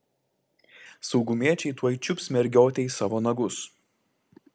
saugumiečiai tuoj čiups mergiotę į savo nagus